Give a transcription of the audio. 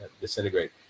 disintegrate